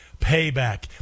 payback